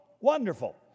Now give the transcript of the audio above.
Wonderful